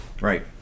right